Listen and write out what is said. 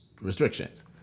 restrictions